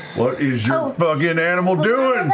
what is your fucking and animal doing?